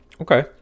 Okay